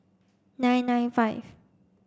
nine nine five